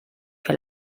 que